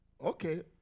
Okay